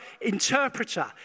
interpreter